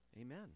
Amen